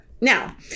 Now